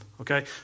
okay